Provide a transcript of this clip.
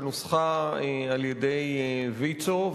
שנוסחה על-ידי ויצו.